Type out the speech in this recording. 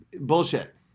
bullshit